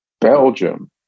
Belgium